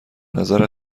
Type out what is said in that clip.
نظر